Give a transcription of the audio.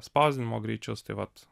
spausdinimo greičius tai vat